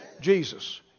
Jesus